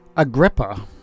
Agrippa